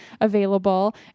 available